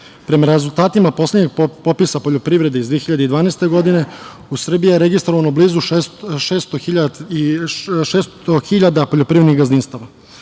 rezultatima poslednjeg popisa poljoprivrede iz 2012. godine u Srbiji je registrovano blizu 600 hiljada poljoprivrednih gazdinstava.